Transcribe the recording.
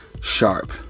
sharp